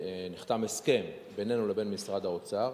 נחתם הסכם בינינו לבין משרד האוצר